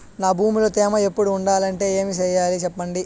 నా భూమిలో తేమ ఎప్పుడు ఉండాలంటే ఏమి సెయ్యాలి చెప్పండి?